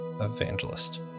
evangelist